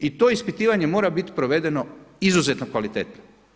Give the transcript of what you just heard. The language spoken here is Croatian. I to ispitivanje mora biti provedeno izuzetno kvalitetno.